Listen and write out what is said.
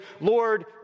Lord